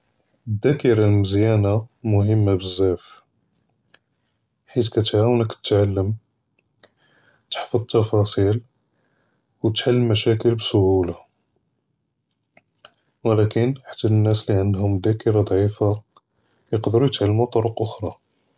אֶלְדַאקְרָה אֶלְמְזְיָּאנָה מֻהִימָּה בְּזַאף, חֵית כּתְעַוֵּןְכּ תִּתְעַלַּם, תְּחַפְּظ אֶלְתַּפְ'אִיל וְתְּחַלֶּל אֶלְמַشָاكִל בְּסַהּוּלָה, וּלָקִין חַתָּא אֶלְנַּאס לֶעַנְדְּהוּם דַאקְרָה דַעִיףָה יְקְדְּרוּ יִתְעַלְּמוּ בְּטֻרוּק אַחְרَى.